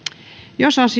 jos